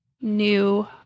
new